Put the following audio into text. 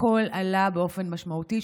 הכול עלה באופן משמעותי,